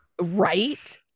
Right